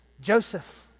Joseph